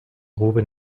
grube